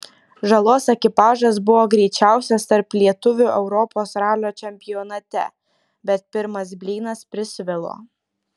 žalos ekipažas buvo greičiausias tarp lietuvių europos ralio čempionate bet pirmas blynas prisvilo